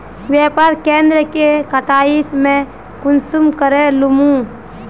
व्यापार केन्द्र के कटाई में कुंसम करे लेमु?